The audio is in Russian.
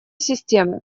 системы